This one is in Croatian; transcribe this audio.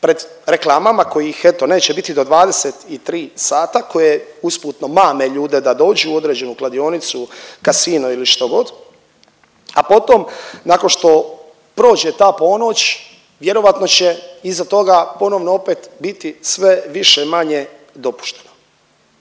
pred reklamama kojih eto, neće biti do 23 sata koje usputno mame ljude da dođu u određenu kladionicu, kasino ili što god, a potom nakon što prođe ta ponoć, vjerovatno će iza toga ponovno opet biti sve više-manje dopušteno.